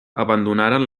abandonaren